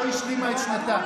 לא השלימה את שנתה,